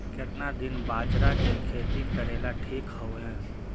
केतना दिन बाजरा के खेती करेला ठिक होवहइ?